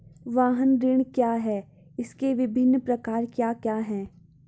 वाहन ऋण क्या है इसके विभिन्न प्रकार क्या क्या हैं?